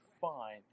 fine